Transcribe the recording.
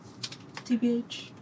TBH